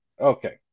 Okay